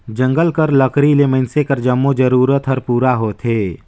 जंगल कर लकरी ले मइनसे कर जम्मो जरूरत हर पूरा होथे